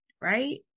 right